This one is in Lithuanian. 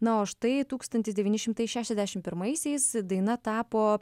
na o štai tūkstantis devyni šimtai šešiasdešim pirmaisiais daina tapo